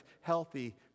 healthy